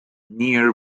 near